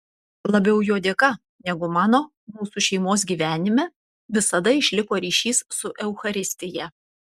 labiau jo dėka negu mano mūsų šeimos gyvenime visada išliko ryšys su eucharistija